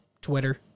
Twitter